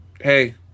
hey